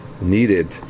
needed